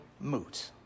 moot